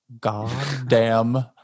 goddamn